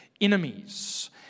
enemies